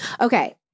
Okay